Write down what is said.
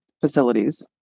facilities